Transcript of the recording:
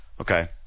Okay